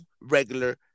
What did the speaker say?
regular